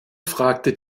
fragte